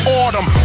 autumn